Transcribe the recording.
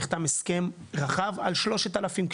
נחתם הסכם רחב על 3,000,